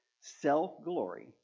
Self-glory